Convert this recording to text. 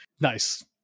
Nice